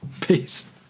Peace